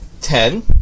ten